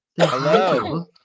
Hello